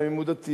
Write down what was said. גם אם הוא דתי,